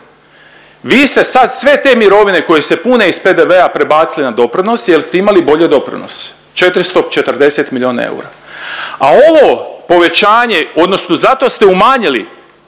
vi ste sad sve te mirovine koje se pune iz PDV-a prebacili na doprinos jel ste imali bolji doprinos 440 milijuna eura, a ovo povećanje odnosno za to ste umanjili